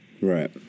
Right